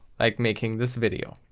like making this video.